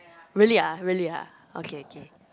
really ah really ah okay okay